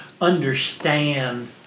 understand